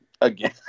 again